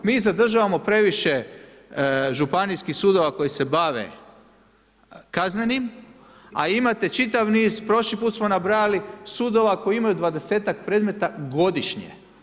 Mi zadržavamo previše županijskih sudova, koje se bave kaznenim, a imate čitav niz, prošli put smo nabrajali sudova koji imaju 20-tak predmeta godišnje.